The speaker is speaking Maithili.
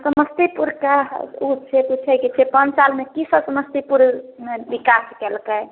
समस्तीपुर कय ओ छै पूछै के छै पाॅंच सालमे की सब समस्तीपुर मे विकास केलकै